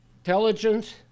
intelligence